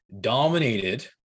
dominated